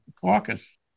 caucus